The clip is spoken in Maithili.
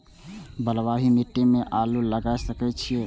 बलवाही मिट्टी में आलू लागय सके छीये?